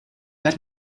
let